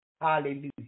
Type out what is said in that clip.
Hallelujah